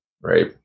Right